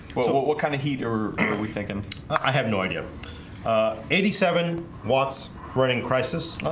well, what what kind of heat or are we thinking i have no idea eighty seven watts running crisis,